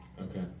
Okay